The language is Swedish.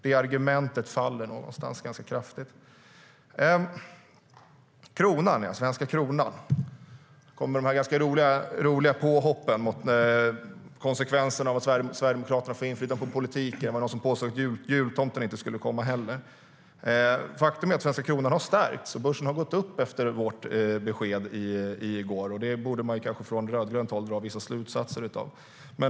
Det argumentet faller ganska hårt. Det talades om den svenska kronan, och då kommer de ganska roliga påhoppen om konsekvenserna av att Sverigedemokraterna får inflytande på politiken. Någon påstod också att jultomten inte skulle komma. Faktum är att svenska kronan stärkts och börsen gått upp efter vårt besked i går. Det borde man från rödgrönt håll kanske dra vissa slutsatser av.